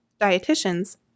Dietitians